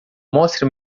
mostre